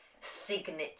signature